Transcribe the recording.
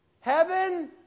Heaven